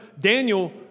Daniel